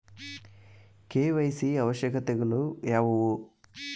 KYC ಅವಶ್ಯಕತೆಗಳು ಯಾವುವು?